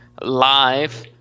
live